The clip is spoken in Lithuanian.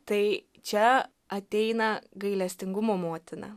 tai čia ateina gailestingumo motina